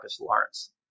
Lawrence